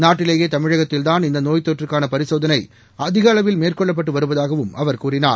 நாட்டிலேயே தமிழகத்தில்தான் இந்த நோய் தொற்றுக்கான பரிசோதனை அதிக அளவில் மேற்கொள்ளப்பட்டு வருவதாகவும் அவர் கூறினார்